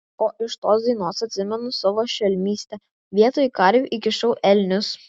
o iš tos dainos atsimenu savo šelmystę vietoj karvių įkišau elnius